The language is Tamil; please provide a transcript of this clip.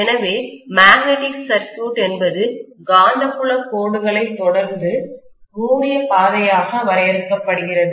எனவே மேக்னெட்டிக் சர்க்யூட் என்பது காந்தப்புலக் கோடுகளைத் தொடர்ந்து மூடிய பாதையாக வரையறுக்கப்படுகிறது